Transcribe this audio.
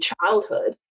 childhood